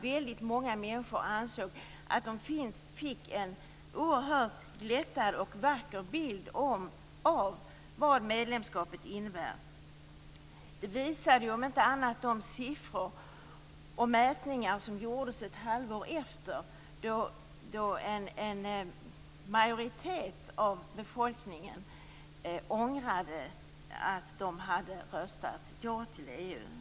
Väldigt många människor ansåg att de fick en oerhört glättad och vacker bild av vad medlemskapet innebär. Det visade om inte annat de mätningar som gjordes efter ett halvår, då en majoritet av befolkningen ångrade att de hade röstat ja till EU.